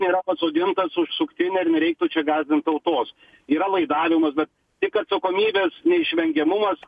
nėra pasodintas už suktinę ir nereiktų čia gąsdint tautos yra laidavimas bet tik atsakomybės neišvengiamumas